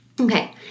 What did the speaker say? Okay